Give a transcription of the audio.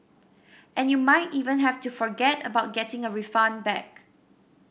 and you might even have to forget about getting a refund back